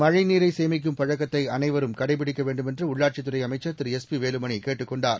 மழைநீரைசேமிக்கும் பழக்கத்தைஅனைவரும் கடைபிடிக்கவேண்டுமென்றுஉள்ளாட்சித்துறைஅமைச்சர் திரு எஸ் பிவேலுமணிகேட்டுக் கொண்டுள்ளார்